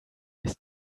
ist